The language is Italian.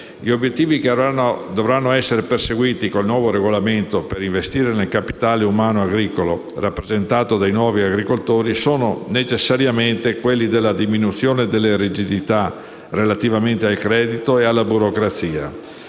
gli obiettivi che dovranno essere perseguiti con il nuovo regolamento per investire nel capitale umano agricolo rappresentato dai nuovi agricoltori sono necessariamente quelli della diminuzione delle rigidità relativamente al credito e alla burocrazia,